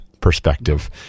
perspective